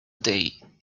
day